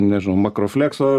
nežnau makroflekso